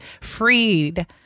freed